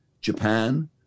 Japan